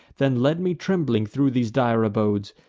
then led me trembling thro' these dire abodes,